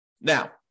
Now